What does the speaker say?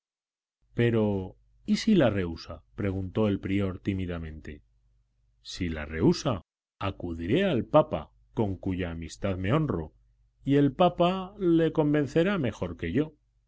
pero y si la rehúsa preguntó el prior tímidamente si la rehúsa acudiré al papa con cuya amistad me honro y el papa lo convencerá mejor que yo